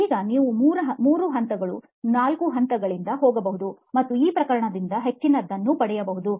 ಈಗ ನೀವು ಮೂರು ಹಂತಗಳು ನಾಲ್ಕು ಹಂತಗಳಿಗೆ ಹೋಗಬಹುದು ಮತ್ತು ಈ ಪ್ರಕರಣದಿಂದ ಹೆಚ್ಚಿನದನ್ನು ಪಡೆಯಬಹುದು